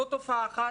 זה תופעה אחת,